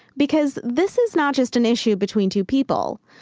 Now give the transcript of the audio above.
because this is not just an issue between two people.